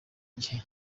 gihe